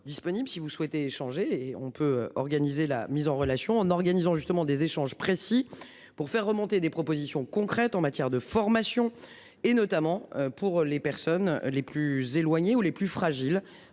si vous souhaitez échanger et on peut organiser la mise en relation en organisant justement des échanges précis pour faire remonter des propositions concrètes en matière de formation et notamment pour les personnes les plus éloignées ou les plus fragiles